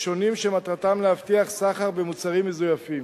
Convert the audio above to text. שונים שמטרתם להבטיח מניעת סחר במוצרים מזויפים.